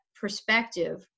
perspective